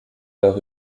leur